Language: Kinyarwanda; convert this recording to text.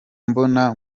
mbona